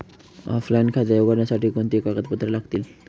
Offline खाते उघडण्यासाठी कोणती कागदपत्रे लागतील?